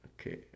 okay